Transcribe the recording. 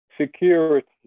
security